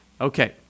Okay